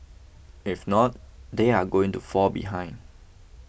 if not they are going to fall behind